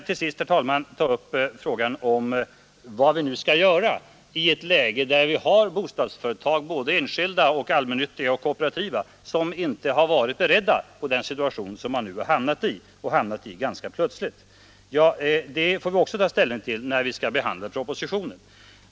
Får jag sedan till sist ta upp frågan om vad vi nu skall göra, i ett läge där såväl enskilda som allmännyttiga och kooperativa bostadsföretag inte varit beredda på den situation som de nu ganska plötsligt har hamnat i. Den saken får vi också ta ställning till, när vi behandlar Kungl. Maj:ts proposition.